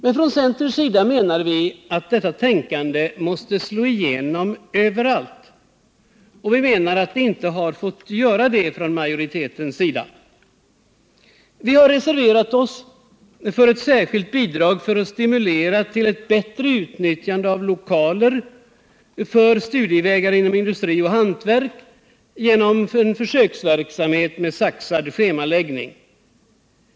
Från centerns sida menar viatt detta tänkande måste slå igenom överallt men att det inte har fått göra så från majoritetens sida. Vi har reserverat oss för ett särskilt bidrag för att stimulera till ett bättre utnyttjande av lokaler för studievägar inom industri och hantverk genom en försöksverksamhet med saxad schemaläggning.